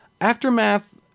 Aftermath